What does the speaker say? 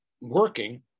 working